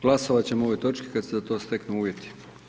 Glasovat ćemo o ovoj točki kad se za to steknu uvjeti.